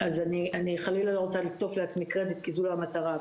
אני חלילה לא רוצה לקטוף לעצמי קרדיט כי זו לא המטרה,